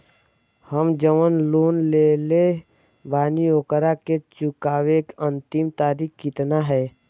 हम जवन लोन लेले बानी ओकरा के चुकावे अंतिम तारीख कितना हैं?